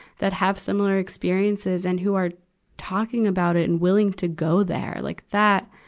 that have similar experiences and who are talking about it and willing to go there. like that,